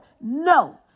No